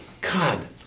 God